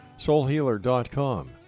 SoulHealer.com